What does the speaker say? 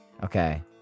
Okay